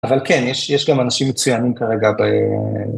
אבל כן, יש גם אנשים מצוינים כרגע ב...